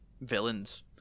villains